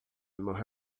morreu